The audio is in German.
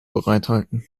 bereithalten